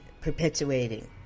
perpetuating